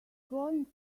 going